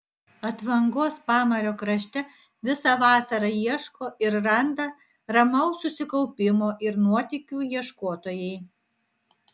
atvangos pamario krašte visą vasarą ieško ir randa ir ramaus susikaupimo ir nuotykių ieškotojai